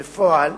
בפועל,